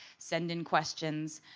send in questions.